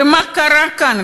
ומה קרה כאן,